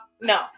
No